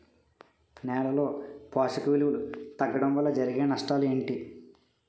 నేలలో పోషక విలువలు తగ్గడం వల్ల జరిగే నష్టాలేంటి?